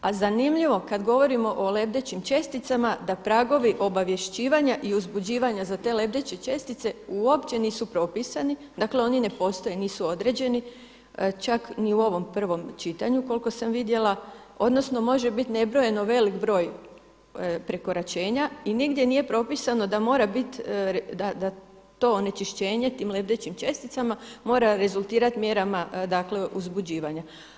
A zanimljivo kad govorimo o lebdećim česticama da pragovi obavješćivanja i uzbuđivanja za te lebdeće čestice uopće nisu propisani, dakle oni ne postoje, nisu određeni čak ni u ovom prvom čitanju koliko sam vidjela, odnosno može biti nebrojeno velik broj prekoračenja i nigdje nije propisano da mora bit, da to onečišćenje tim lebdećim česticama mora rezultirati mjerama, dakle uzbuđivanja.